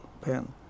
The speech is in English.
pen